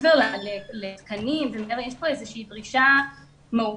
מעבר לתקנים, יש כאן איזושהי דרישה מהותית